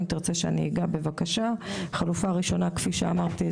אם תרצה שאגע בכך ארחיב בעניין.